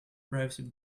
privacy